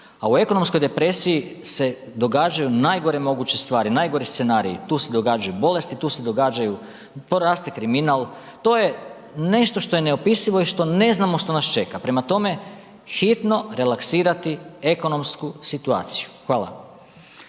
A u ekonomskoj depresiji se događaju najgore moguće stvari, najgori scenariji tu se događaju bolesti, tu se događaju poraste kriminal to je nešto što je neopisivo i što ne znamo što nas čeka. Prema tome, hitno relaksirati ekonomsku situaciju. Hvala.